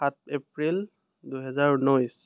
সাত এপ্ৰিল দুহেজাৰ ঊনৈছ